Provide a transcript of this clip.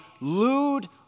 lewd